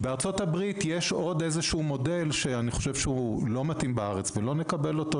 בארצות-הברית יש עוד מודל שלא מתאים בארץ ולא מקבל אותו,